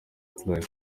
play